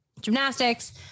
gymnastics